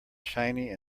shiny